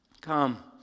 Come